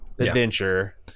adventure